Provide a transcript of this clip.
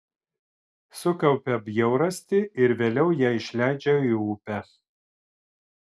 sukaupia bjaurastį ir vėliau ją išleidžia į upę